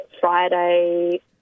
Friday